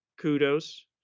kudos